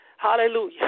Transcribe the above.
Hallelujah